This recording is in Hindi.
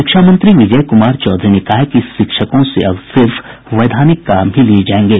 शिक्षा मंत्री विजय कुमार चौधरी ने कहा है कि शिक्षकों से अब सिर्फ वैधानिक काम ही लिये जायेंगे